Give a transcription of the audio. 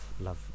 love